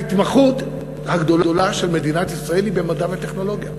ההתמחות הגדולה של מדינת ישראל היא במדע וטכנולוגיה.